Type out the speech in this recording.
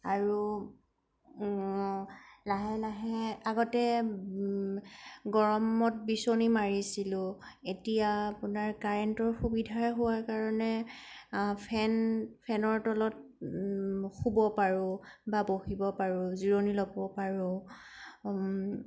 আৰু লাহে লাহে আগতে গৰমত বিছনী মাৰিছিলোঁ এতিয়া আপোনাৰ কাৰেণ্টৰ সুবিধাৰ হোৱাৰ কাৰণে ফেন ফেনৰ তলত শুব পাৰোঁ বা বহিব পাৰোঁ জিৰণি ল'ব পাৰোঁ